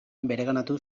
bereganatu